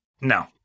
No